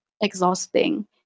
exhausting